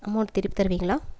amount திருப்பி தருவீங்களா